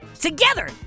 Together